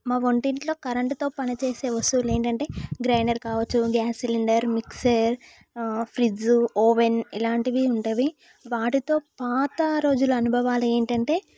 మా వంటిటిలోట్లో కరెంటుతో పని చేసే వస్తువులు ఏంటంటే గ్రైండర్ కావచ్చు gas cylinder mixer fridge oven ఇలాంటివి ఉంటవి వాటితో పాత రోజుల అనుభవాలు ఏంటంటే